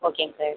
ஓகேங்க சார்